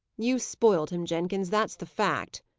you spoilt him, jenkins that's the fact,